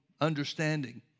understanding